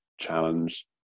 challenge